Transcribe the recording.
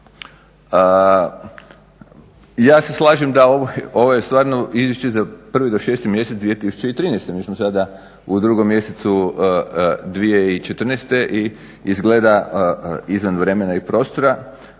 Ja se slažem da ovo je stvarno Izvješće za 1. do 6. mjesec 2013., mi smo sada u 2. mjesecu 2014. i izgleda izvan vremena i prostora.